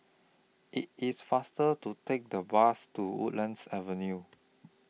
IT IS faster to Take The Bus to Woodlands Avenue